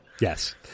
Yes